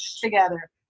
together